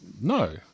no